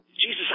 Jesus